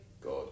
God